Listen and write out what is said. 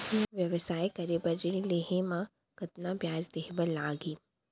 व्यवसाय करे बर ऋण लेहे म कतना ब्याज देहे बर लागही?